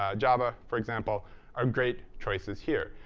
ah java, for example are great choices here.